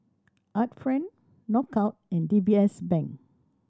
Art Friend Knockout and D B S Bank